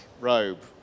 robe